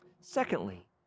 Secondly